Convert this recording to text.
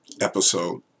episode